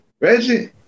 Reggie